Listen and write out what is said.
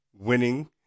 winning